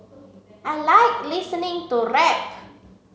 I like listening to rap